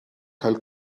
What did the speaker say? cael